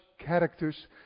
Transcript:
Characters